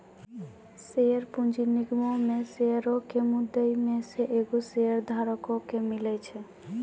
share पूंजी निगमो मे शेयरो के मुद्दइ मे से एगो शेयरधारको के मिले छै